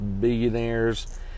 billionaires